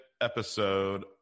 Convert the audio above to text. episode